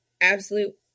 absolute